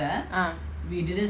ah